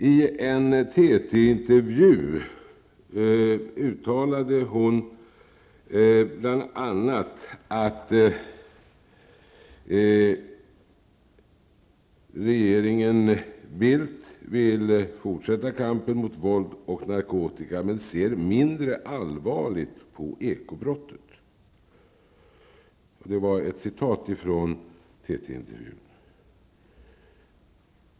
I en TT-intervju uttalade hon bl.a., att regeringen Bildt vill fortsätta kampen mot våld och narkotika, men ser mindre allvarligt på ekobrottet. Det var ett citat från TT-nyheterna.